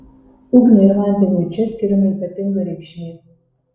ugniai ir vandeniui čia skiriama ypatinga reikšmė